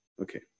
Okay